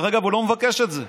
הוא לא מבקש את זה.